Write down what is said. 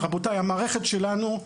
רבותיי, במערכת שלנו,